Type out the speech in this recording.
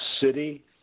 city